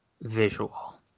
visual